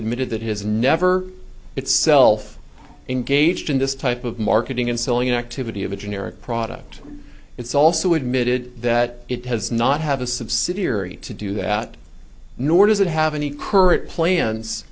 admitted that his never itself engaged in this type of marketing and selling an activity of a generic product it's also admitted that it has not have a subsidiary to do that nor does it have any current plans